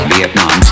Vietnam